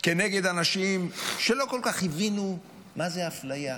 כנגד אנשים שלא כל כך הבינו מה זאת אפליה.